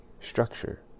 structure